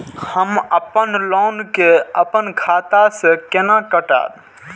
हम अपन लोन के अपन खाता से केना कटायब?